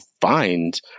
find